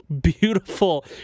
beautiful